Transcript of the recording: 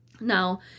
Now